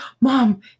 Mom